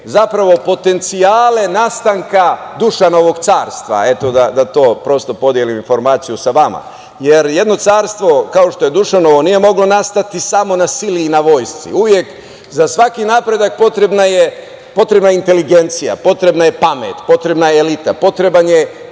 zapravo potencijale nastanaka Dušanovog carstva. Eto, da to prosto podelim informaciju sa vama. Jedno carstvo, kao što je Dušanovo, nije moglo nastati samo na sili i na vojsci. Uvek, za svaki napredak potrebna je inteligencija, potrebna je pamet, potrebna je elita, potreban